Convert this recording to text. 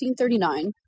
1939